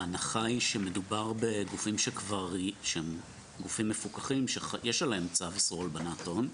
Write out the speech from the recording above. ההנחה היא שמדובר בגופים מפוקחים שיש עליהם צו איסור הלבנת הון.